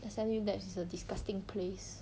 S_M_U labs is a disgusting place